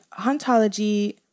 hauntology